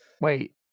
Wait